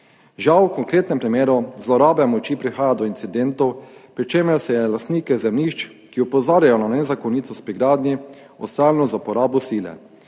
Žal v konkretnem primeru zlorabe moči prihaja do incidentov, pri čemer se je lastnike zemljišč, ki opozarjajo na nezakonitost pri gradnji, odstranilo z uporabo sile.